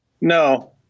No